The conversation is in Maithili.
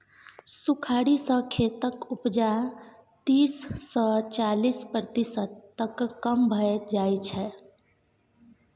सुखाड़ि सँ खेतक उपजा तीस सँ चालीस प्रतिशत तक कम भए जाइ छै